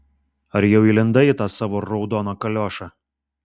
ar jau įlindai į tą savo raudoną kaliošą